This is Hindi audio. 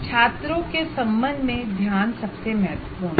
छात्रों के संबंध में ध्यान सबसे महत्वपूर्ण है